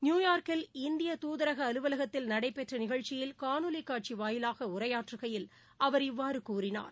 நியூயார்க்கில் இந்திய தூதரக அலுவலகத்தில் நடைபெற்ற நிகழ்ச்சியில் காணொலி காட்சி வாயிலாக உரையாற்றுகையில் அவர் இவ்வாறு கூறினார்